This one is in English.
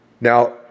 Now